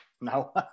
no